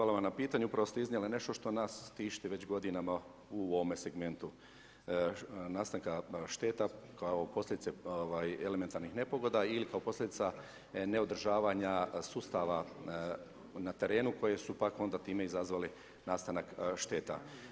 Hvala vam na pitanju, upravo ste iznijeli nešto što nas tišti već godinama u ovome segmentu, nastanku šteta kao posljedice elementarnih nepogoda ili kao posljedica neodržavanja sustava na terenu, koje su onda pak, time, izazvale nastanak šteta.